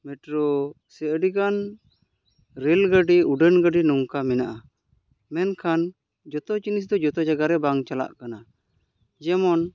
metro ᱥᱮ ᱟᱹᱰᱤ ᱜᱟᱱ ᱨᱮᱹᱞ ᱜᱟᱹᱰᱤ ᱩᱰᱟᱹᱱ ᱜᱟᱹᱰᱤ ᱱᱚᱝᱠᱟ ᱢᱮᱱᱟᱜᱼᱟ ᱢᱮᱱᱠᱷᱟᱱ ᱡᱚᱛᱚ ᱡᱤᱱᱤᱥ ᱫᱚ ᱡᱚᱛᱚ ᱡᱟᱭᱜᱟ ᱨᱮ ᱵᱟᱝ ᱪᱟᱞᱟᱜ ᱠᱟᱱᱟ ᱡᱮᱢᱚᱱ